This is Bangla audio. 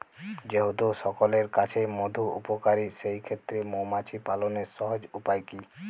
যেহেতু সকলের কাছেই মধু উপকারী সেই ক্ষেত্রে মৌমাছি পালনের সহজ উপায় কি?